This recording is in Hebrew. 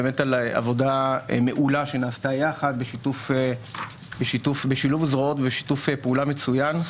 על עבודה מעולה שנעשתה יחד בשילוב זרועות ושיתוף פעולה מצוין.